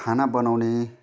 खाना बनाउने